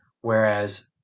Whereas